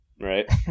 Right